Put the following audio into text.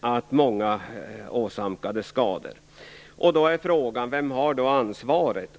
uppstod stora skador. Då är frågan: Vem har ansvaret?